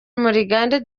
murigande